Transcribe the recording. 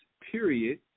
period